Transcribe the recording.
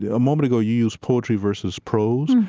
ah a moment ago, you used poetry versus prose.